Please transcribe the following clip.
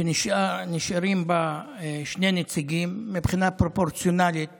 שנשארים בה שני נציגים, מבחינה פרופורציונלית